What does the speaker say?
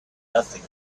nothing